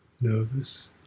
nervous